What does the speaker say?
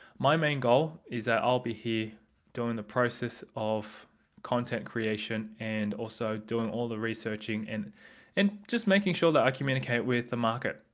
my main goal is that i'll be here doing the process of content creation and also doing all the researching and and just making sure that i communicate with the market.